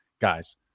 Guys